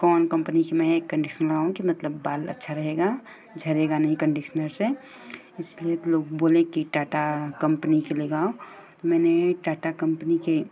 कौन कम्पनी की मैं कंडीशनर लगाऊँ की मतलब बाल अच्छा रहेगा झड़ेगा नही कंडिसनर से इसलिए तो लोग बोले की की टाटा कम्पनी की लगाओ मैने टाटा कम्पनी की